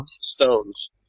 stones